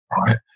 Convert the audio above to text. right